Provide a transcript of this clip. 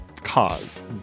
cause